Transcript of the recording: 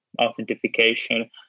authentication